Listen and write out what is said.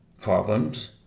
problems